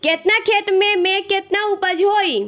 केतना खेत में में केतना उपज होई?